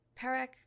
Perek